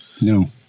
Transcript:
No